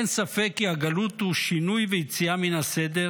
"אין ספק כי הגלות הוא שינוי ויציאה מן הסדר,